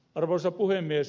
arvoisa puhemies